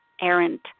errant